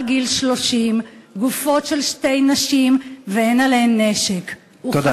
גיל 30. גופות של שתי נשים ואין עליהן נשק." תודה.